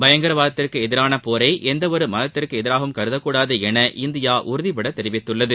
பயங்கரவாதத்திற்கு எதிரான போரை எந்த ஒரு மதத்திற்கு எதிராகவும் கருதக்கூடாது என இந்தியா உறுதி பட தெரிவித்துள்ளது